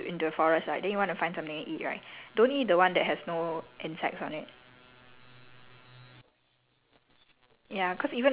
oh ya I got hear some like survival tips for like let's say you go to into the forest right then you want to find something and eat right don't eat the one that has no insects on it